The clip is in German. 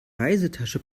reisetasche